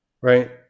Right